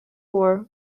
war